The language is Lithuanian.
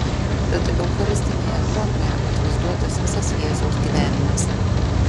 tad eucharistinėje duonoje atvaizduotas visas jėzaus gyvenimas